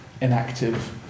inactive